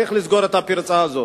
וצריך לסגור את הפרצה הזאת.